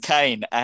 Kane